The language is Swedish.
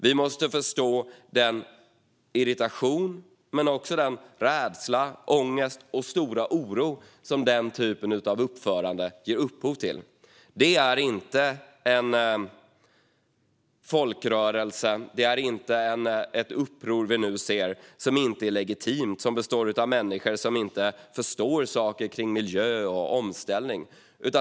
Vi måste förstå den irritation men också den rädsla, ångest och stora oro som denna typ av uppförande ger upphov till. Den folkrörelse och det uppror vi nu ser är legitimt. Det rör sig inte om människor som inte förstår saker om miljö och omställning.